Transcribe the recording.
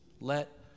Let